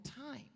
time